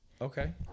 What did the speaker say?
Okay